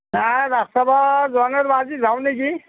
নাই ৰাস চাব যোৱা নাই আজি যাওঁ নেকি